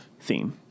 theme